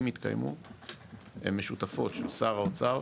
אם התקיימו, הן משותפות, של שר האוצר